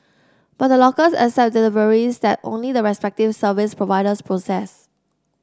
but the lockers accept deliveries that only the respective service providers process